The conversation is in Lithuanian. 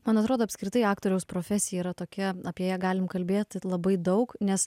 man atrodo apskritai aktoriaus profesija yra tokia apie ją galim kalbėti labai daug nes